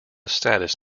status